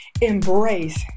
embrace